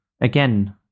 again